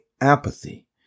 apathy